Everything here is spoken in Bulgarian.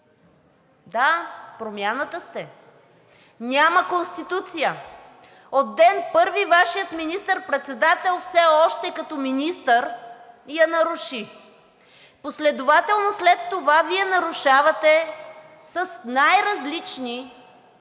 Да, Промяната сте, няма Конституция. От ден първи Вашият министър-председател все още като министър я наруши. Последователно след това Вие нарушавате с най-различни